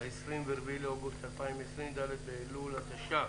היום ה-24 באוגוסט 2020, ד' באלול התש"פ.